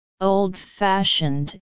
old-fashioned